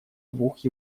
двух